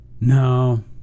no